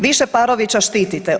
Vi Šeparovića štitite.